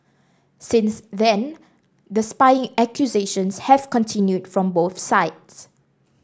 since then the spying accusations have continued from both sides